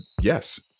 yes